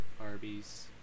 Arby's